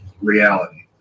reality